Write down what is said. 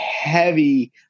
heavy